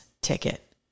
ticket